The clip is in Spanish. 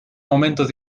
momentos